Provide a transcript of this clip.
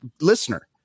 listener